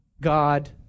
God